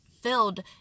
filled